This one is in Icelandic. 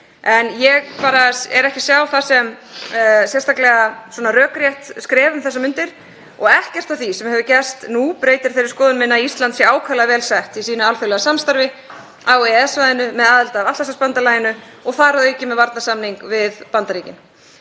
En ég er ekki sjá það sem sérstaklega rökrétt skref um þessar mundir og ekkert af því sem hefur gerst nú breytir þeirri skoðun minni að Ísland sé ákaflega vel sett í sínu alþjóðlega samstarfi á EES-svæðinu með aðild að Atlantshafsbandalaginu og þar að auki með varnarsamning við Bandaríkin.